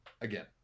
Again